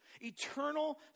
Eternal